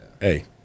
Hey